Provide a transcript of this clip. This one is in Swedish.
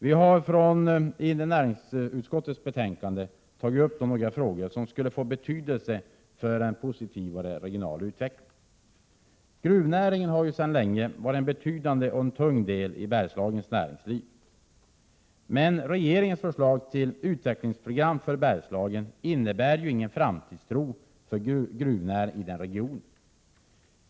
Vi har i näringsutskottets betänkande tagit upp några frågor som skulle få betydelse för en positivare regional utveckling. Gruvnäringen har sedan länge varit en betydande och tung del i Bergslagens näringsliv. Men regeringens förslag till utvecklingsprogram för Bergslagen innebär ingen framtidstro för gruvnäringen i regionen.